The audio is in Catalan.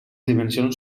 dimensions